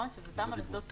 שהיא תמ"א לשדות תעופה.